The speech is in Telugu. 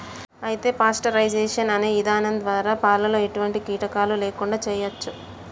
అయితే పాస్టరైజేషన్ అనే ఇధానం ద్వారా పాలలో ఎటువంటి కీటకాలు లేకుండా చేయచ్చు